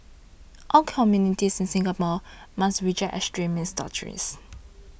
all communities in Singapore must reject extremist doctrines